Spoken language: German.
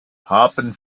haben